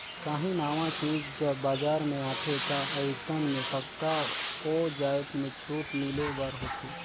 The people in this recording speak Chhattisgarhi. काहीं नावा चीज जब बजार में आथे ता अइसन में पक्का ओ जाएत में छूट मिले बर होथे